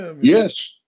Yes